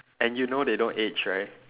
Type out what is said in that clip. and you know they don't age right